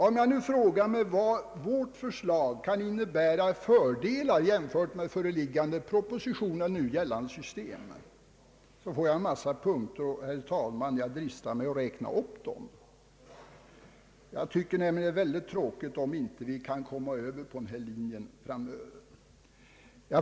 Om någon nu frågar vad vårt förslag kan innebära i fråga om fördelar i jämförelse med den föreliggande propositionen och nu gällande system, så vill jag anföra en mängd punkter. Jag dristar mig, herr talman, att räkna upp dem. Jag tycker nämligen att det vore väldigt tråkigt, om vi inte kunde komma över på den här linjen i framtiden.